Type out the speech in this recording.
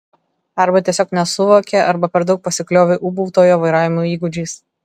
arba tiesiog nesuvokė arba per daug pasikliovė ūbautojo vairavimo įgūdžiais